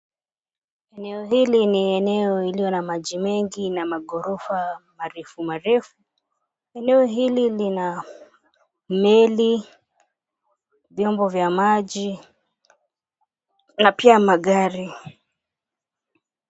Eneo hili ni eneo ililona maji mengi na magorofa marefu marefu, eneo hili lina meli vyombo vya maji na pia magari.